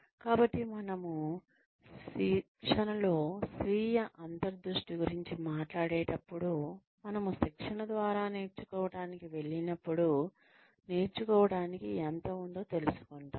కాబట్టి మనము శిక్షణలో స్వీయ అంతర్దృష్టి గురించి మాట్లాడేటప్పుడు మనము శిక్షణ ద్వారా నేర్చుకోవటానికి వెళ్ళినప్పుడు నేర్చుకోవటానికి ఎంత ఉందో తెలుసుకుంటాము